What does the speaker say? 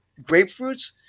grapefruits